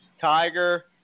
Tiger